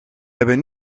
hebben